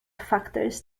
factors